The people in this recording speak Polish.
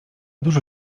dużo